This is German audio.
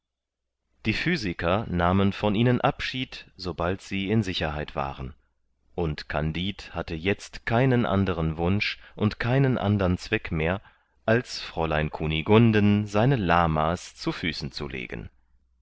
die physiker nahmen von ihnen abschied sobald sie in sicherheit waren und kandid hatte jetzt keinen anderen wunsch und keinen andern zweck mehr als fräulein kunigunden seine lama's zu füßen zu legen